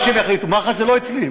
מח"ש זה לא אצלי,